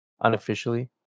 Unofficially